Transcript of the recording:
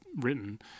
written